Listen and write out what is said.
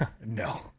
no